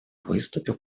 выступил